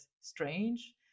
strange